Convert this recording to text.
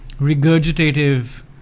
regurgitative